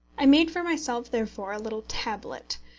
i made for myself therefore a little tablet,